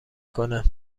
کنه